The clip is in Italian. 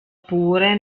pure